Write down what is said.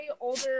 older